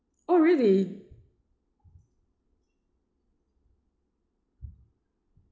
oh really